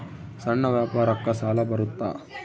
ಸಣ್ಣ ವ್ಯಾಪಾರಕ್ಕ ಸಾಲ ಬರುತ್ತಾ?